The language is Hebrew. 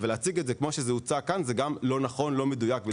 להציג את זה כמו שזה הוצג כאן זה לא נכון ולא מדויק.